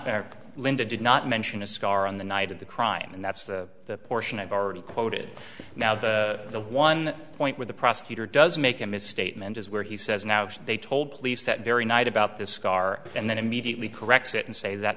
did not mention a scar on the night of the crime and that's the portion i've already quoted now that the one point where the prosecutor does make a misstatement is where he says now they told police that very night about this car and then immediately corrects it and say that